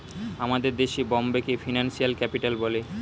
আমাদের দেশে বোম্বেকে ফিনান্সিয়াল ক্যাপিটাল বলে